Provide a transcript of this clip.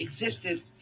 existed